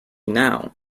now